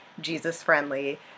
Jesus-friendly